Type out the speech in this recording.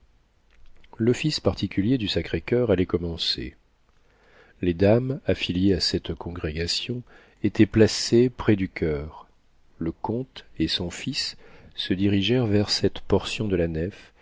l'office particulier du sacré-coeur allait commencer les dames affiliées à cette congrégation étant placées près du choeur le comte et son fils se dirigèrent vers cette portion de la nef